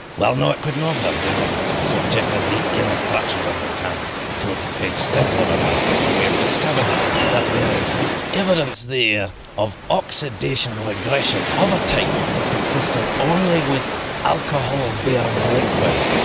well no, it could not have. we have ah subjected the inner structure of the can to extensive analysis and we have discovered that there is evidence there ah of oxidation regression of a type consistent only with alcohol bearing liquids,